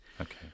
Okay